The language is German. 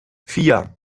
vier